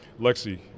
Lexi